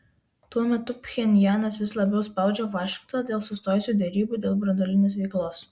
tuo metu pchenjanas vis labiau spaudžia vašingtoną dėl sustojusių derybų dėl branduolinės veiklos